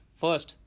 first